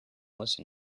listen